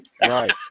Right